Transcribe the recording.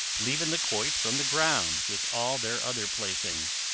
leaving the quoits on the ground with all their other playthings.